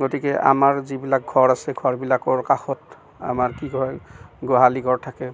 গতিকে আমাৰ যিবিলাক ঘৰ আছে ঘৰবিলাকৰ কাষত আমাৰ কি হয় গোহালি ঘৰ থাকে